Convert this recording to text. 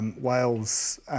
Wales